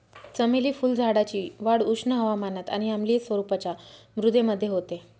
चमेली फुलझाडाची वाढ उष्ण हवामानात आणि आम्लीय स्वरूपाच्या मृदेमध्ये होते